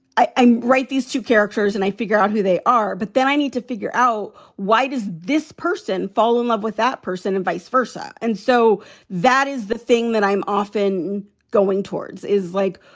i write these two characters and i figure out who they are. but then i need to figure out why does this person fall in love with that person and vice versa. and so that is the thing that i'm often going towards, is like,